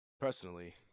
Personally